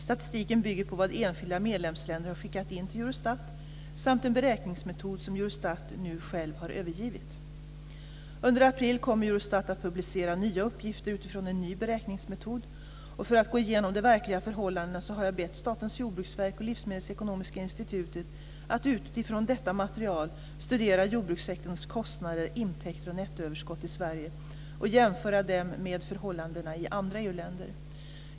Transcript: Statistiken bygger på vad enskilda medlemsländer har skickat in till Eurostat samt en beräkningsmetod som Eurostat nu själv har övergivit. Under april kommer Eurostat att publicera nya uppgifter utifrån en ny beräkningsmetod. För att gå igenom de verkliga förhållandena så har jag bett Statens jordbruksverk och Livsmedelsekonomiska institutet att utifrån detta material studera jordbrukssektorns kostnader, intäkter och nettoöverskott i Sverige och jämföra dem med förhållandena i andra EU länder.